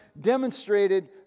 demonstrated